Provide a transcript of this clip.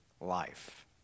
life